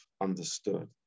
understood